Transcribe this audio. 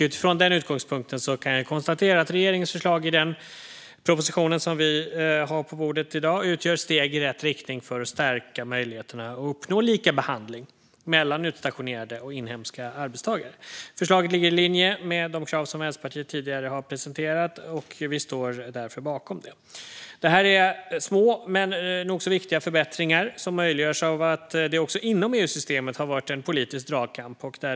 Utifrån denna utgångspunkt kan jag konstatera att regeringens förslag i den proposition som vi i dag har på bordet utgör steg i rätt riktning för att stärka möjligheterna att uppnå likabehandling mellan utstationerade och inhemska arbetstagare. Förslaget ligger i linje med de krav som Vänsterpartiet tidigare har presenterat, och vi står därför bakom det. Det här är små men nog så viktiga förbättringar som möjliggörs av att det också inom EU-systemet har varit en politisk dragkamp.